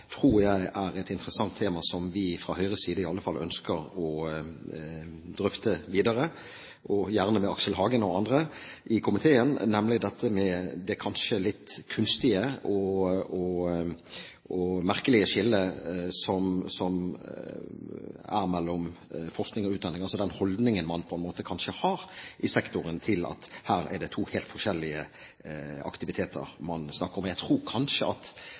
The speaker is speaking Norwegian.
er et interessant tema, som i alle fall vi fra Høyres side ønsker å drøfte videre, gjerne med Aksel Hagen og andre i komiteen, nemlig det med det litt kunstige og merkelige skillet som er mellom forskning og utdanning, altså den holdningen man kanskje har i sektoren til at her er det to helt forskjellige aktiviteter man snakker om. Jeg tror kanskje at